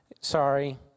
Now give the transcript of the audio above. Sorry